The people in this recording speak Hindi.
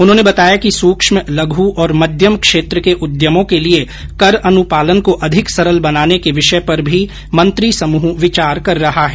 उन्होंने बताया कि सूक्ष्म लघु और मध्यम क्षेत्र के उद्यमों के लिए कर अनुपालन को अधिक सरल बनाने के विषय पर भी मंत्री समूह विचार कर रहा है